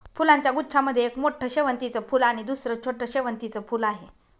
फुलांच्या गुच्छा मध्ये एक मोठं शेवंतीचं फूल आणि दुसर छोटं शेवंतीचं फुल आहे